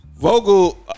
Vogel